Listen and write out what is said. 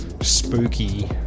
spooky